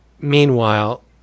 Meanwhile